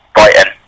Brighton